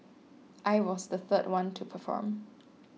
I was the third one to perform